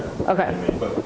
Okay